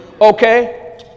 Okay